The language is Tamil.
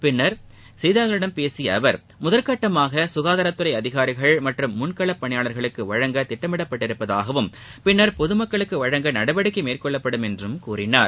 பின்னர் செய்தியாளர்களிடம் பேசிய அவர் முதற்கட்டமாக சுகாதாரத்துறை அதிகாரிகள் மற்றும் முன்களப் பணியாளர்களுக்கு வழங்க திட்டமிடப்பட்டுள்ளதாகவும் பின்னர் பொதுமக்களுக்கு வழங்க வழங்க நடவடிக்கை மேற்கொள்ளப்படும் என்றும் கூறினார்